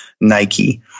Nike